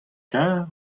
kar